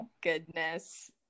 goodness